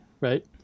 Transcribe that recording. right